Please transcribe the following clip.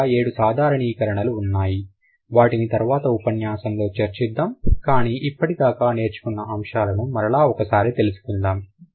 ఇంకా 7 సాధారణీకరణలు ఉన్నాయి వాటిని తర్వాత ఉపన్యాసంలో చర్చిద్దాం కానీ ఇప్పటిదాకా నేర్చుకున్న అంశాలను మరలా ఒకసారి తెలుసుకుందాం